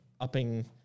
upping